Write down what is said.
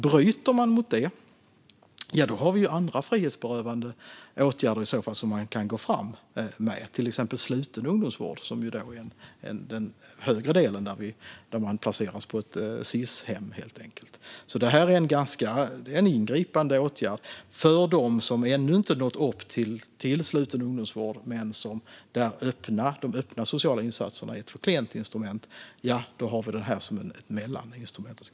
Bryter du mot dessa punkter finns andra frihetsberövande åtgärder som kan tas fram, till exempel sluten ungdomsvård med placering på ett Sis-hem. Det är en ingripande åtgärd för dem som ännu inte har nått upp till sluten ungdomsvård men där de öppna sociala insatserna är ett för klent instrument. Då finns det som ett mellaninstrument.